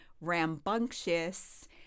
rambunctious